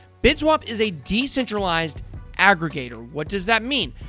bitswap is a decentralized aggregator. what does that mean?